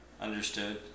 understood